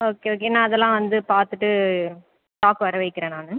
okay okay நான் அதெல்லாம் வந்து பார்த்துட்டு ஸ்டாக் வர வைக்கிறேன் நான்